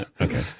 Okay